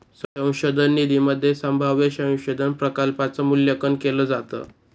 संशोधन निधीमध्ये संभाव्य संशोधन प्रकल्पांच मूल्यांकन केलं जातं